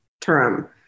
term